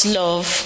love